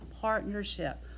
partnership